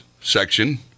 section